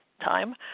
time